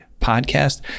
podcast